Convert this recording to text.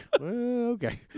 okay